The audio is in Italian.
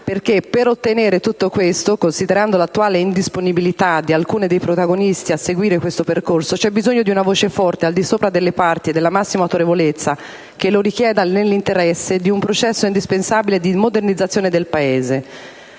perché, per ottenere tutto questo, considerando l'attuale indisponibilità di alcuni dei protagonisti a seguire questo percorso, c'è bisogno di una voce forte al di sopra delle parti e della massima autorevolezza che lo richieda nell'interesse di un processo indispensabile di modernizzazione del Paese.